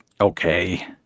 okay